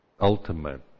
ultimate